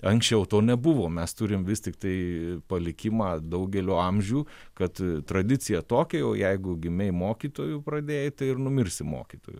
anksčiau to nebuvo mes turim vis tiktai palikimą daugelio amžių kad tradiciją tokią jau jeigu gimei mokytoju pradėjai tai ir numirsi mokytoju